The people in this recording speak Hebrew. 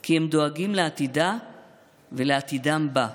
כי הם דואגים לעתידה ולעתידם בה.